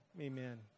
amen